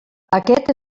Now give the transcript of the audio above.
aquest